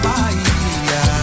Bahia